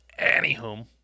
Anywho